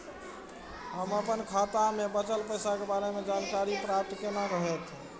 हम अपन खाता में बचल पैसा के बारे में जानकारी प्राप्त केना हैत?